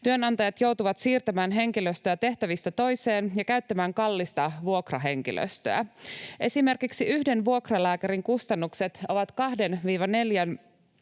Työnantajat joutuvat siirtämään henkilöstöä tehtävistä toiseen ja käyttämään kallista vuokrahenkilöstöä. Esimerkiksi yhden vuokralääkärin kustannukset ovat